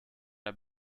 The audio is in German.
der